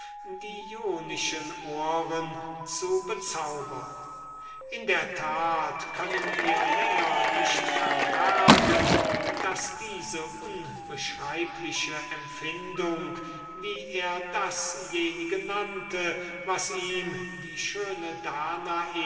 jonischen ohren zu bezaubern in der tat können wir länger nicht verbergen daß diese unbeschreibliche empfindung wie er dasjenige nannte was ihm die schöne danae